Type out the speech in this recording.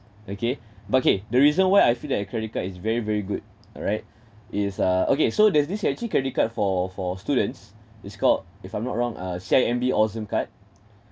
okay but okay the reason why I feel that a credit card is very very good alright is uh okay so there's this actually credit card for for students it's called if I'm not wrong uh C_I_M_B awesome card